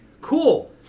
cool